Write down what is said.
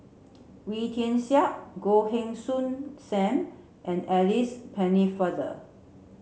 Wee Tian Siak Goh Heng Soon Sam and Alice Pennefather